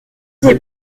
des